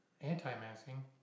Anti-masking